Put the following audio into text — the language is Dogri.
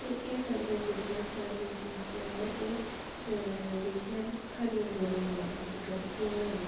एह् सारियां जेह्ड़ियां समस्या हैन एह् ते एह् सारियां ग्लोबल वार्मिंग दे करियै हैन